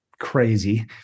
crazy